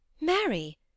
Mary